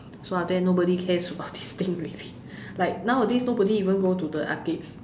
so after that nobody cares about this thing already like nowadays nobody even go to the arcades